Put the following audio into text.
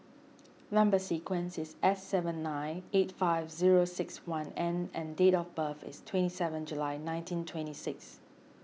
Number Sequence is S seven nine eight five zero six one N and date of birth is twenty seven July nineteen twenty six